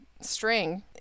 string